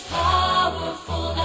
powerful